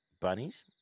Bunnies